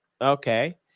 Okay